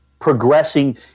progressing